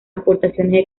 aportaciones